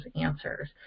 answers